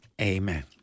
Amen